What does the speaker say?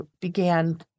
began